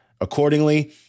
accordingly